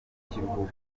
mukiruhuko